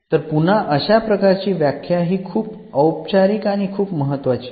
तर पुन्हा अशा प्रकारची व्याख्या हि खूप औपचारिक आणि खूप महत्वाची आहे